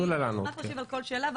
על כל שאלה,